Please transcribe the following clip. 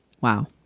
wow